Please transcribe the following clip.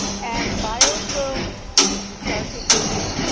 and buyers will start decreasing,